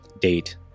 Date